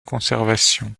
conservation